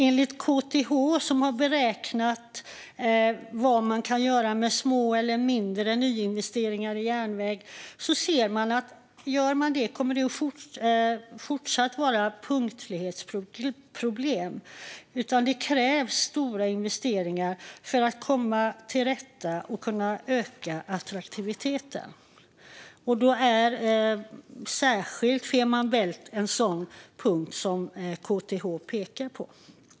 Enligt beräkningar från KTH om vad man kan göra med små eller mindre nyinvesteringar i järnväg framgår att det även fortsättningsvis kommer att finnas punktlighetsproblem. Det krävs stora investeringar för att komma till rätta med detta och för att öka attraktiviteten. KTH pekar särskilt ut Fehmarn Bält-förbindelsen.